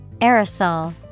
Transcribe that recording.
Aerosol